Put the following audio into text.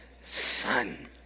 son